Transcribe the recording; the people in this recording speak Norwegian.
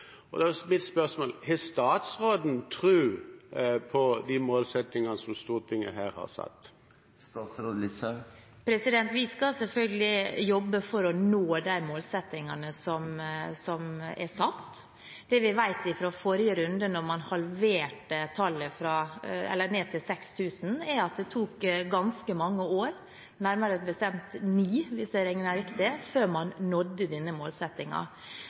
satt? Vi skal selvfølgelig jobbe for å nå de målsettingene som er satt. Det vi vet fra forrige runde, da man halverte tallet – ned til 6 000 – er at det tok ganske mange år, nærmere bestemt ni, hvis jeg har regnet riktig, før man nådde denne